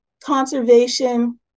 conservation